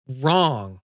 wrong